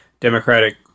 Democratic